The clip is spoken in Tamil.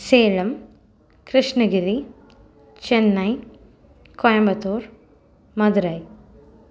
சேலம் கிருஷ்ணகிரி சென்னை கோயம்புத்தூர் மதுரை